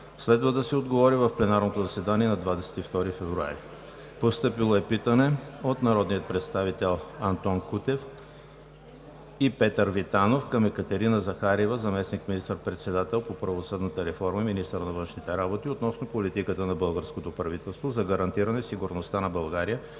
Следва да се отговори в пленарното заседание на 22 февруари; - народния представител Антон Кутев и Петър Витанов към Екатерина Захариева – заместник министър-председател по правосъдната реформа и министър на външните работи, относно политиката на българското правителство за гарантиране сигурността на България